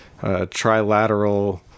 trilateral